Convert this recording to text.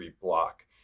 block